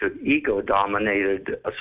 ego-dominated